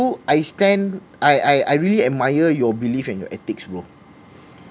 I stand I I I really admire your belief and your ethics bro